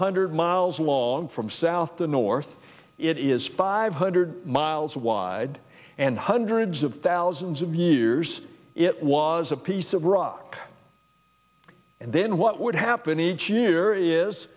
hundred miles long from south to north it is five hundred miles wide and hundreds of thousands of years it was a piece of rock and then what would happen each year is